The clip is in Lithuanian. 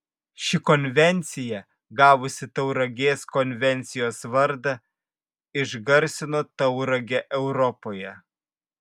ši konvencija gavusi tauragės konvencijos vardą išgarsino tauragę europoje